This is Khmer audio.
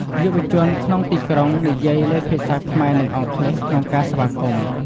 យុវជនក្នុងទីក្រុងនិយាយលាយភាសា ខ្មែរ និងអង់គ្លេសក្នុងការស្វាគមន៍។